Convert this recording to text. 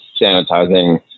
sanitizing